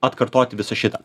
atkartoti visą šitą